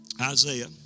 Isaiah